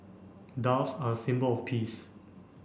doves are a symbol of peace